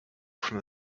from